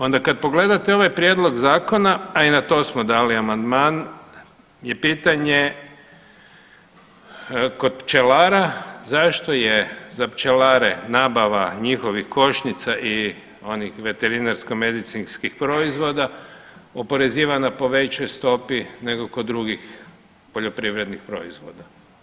Onda kad pogledate ovaj prijedlog zakona, a i na to smo dali amandman je pitanje kod pčelara zašto je za pčelare nabava njihovih košnica i onih veterinarsko medicinskih proizvoda oporezivana po većoj stopi nego kod drugih poljoprivrednih proizvoda.